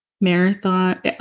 marathon